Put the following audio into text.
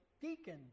deacon